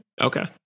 Okay